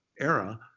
era